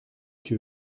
que